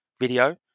video